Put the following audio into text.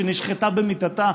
שנשחטה במיטתה,